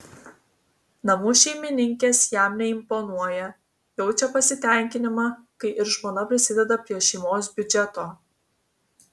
namų šeimininkės jam neimponuoja jaučia pasitenkinimą kai ir žmona prisideda prie šeimos biudžeto